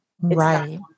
Right